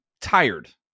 tired